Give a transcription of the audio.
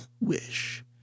wish